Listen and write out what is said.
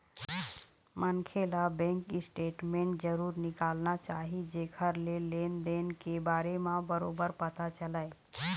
मनखे ल bank statement जरूर निकालना चाही जेखर ले लेन देन के बारे म बरोबर पता चलय